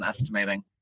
estimating